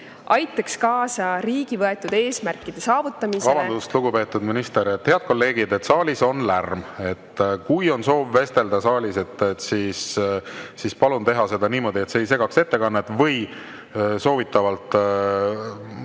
aitaks kaasa riigi võetud eesmärkide saavutamisele